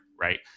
right